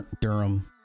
Durham